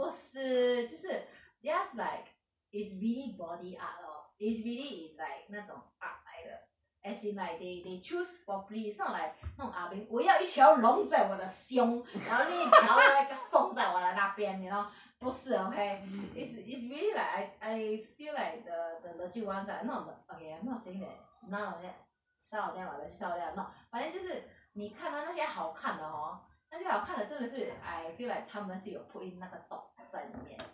不是就是 theirs like is really body art lor is really is like 那种 art 来的 as in like they they choose properly is not like 那种 ah beng 我要一条龙在我的胸然后另一条的凤在我那边 you know 不是 okay is is really like I I feel like the the legit [ones] are I'm not not okay I am not saying that none of them some of them are like siao liao not but then 就是你看到那些好看的 hor 那些好看的真的是 I feel like 是有 put in 那个 thought 在里面